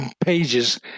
pages